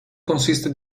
consiste